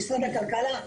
במשרד הכלכלה,